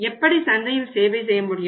எப்படி சந்தையில் சேவை செய்ய முடியும்